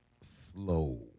Slow